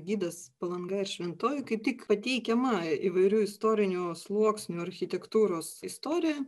gidas palanga šventoji kaip tik pateikiama įvairių istorinių sluoksnių architektūros istorija